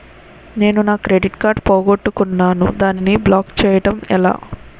నేను నా credit card పోగొట్టుకున్నాను దానిని బ్లాక్ చేయడం ఎలా?